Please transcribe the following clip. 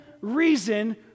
reason